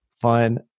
fun